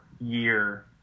year